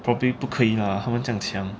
probably 不可以 lah 他们这样强